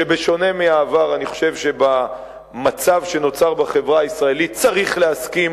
ובשונה מהעבר אני חושב שבמצב שנוצר בחברה הישראלית צריך להסכים,